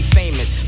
famous